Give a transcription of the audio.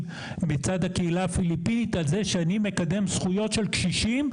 מצד הקהילה הפיליפינית על זה שאני מקדם זכויות של קשישים,